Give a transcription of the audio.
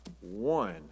one